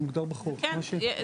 כן.